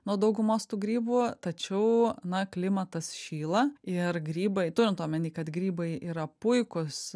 nuo daugumos tų grybų tačiau na klimatas šyla ir grybai turint omeny kad grybai yra puikūs